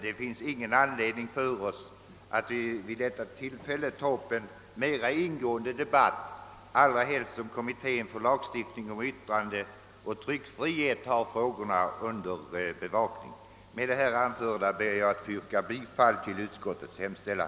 Det finns ingen anledning för oss att vid detta tillfälle föra en mera ingående debatt i saken, allra helst som kommittén för lagstiftning om yttrandeoch tryckfrihet har dessa frågor under bevakning. Med det anförda ber jag att få yrka bifall till utskottets hemställan.